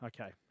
Okay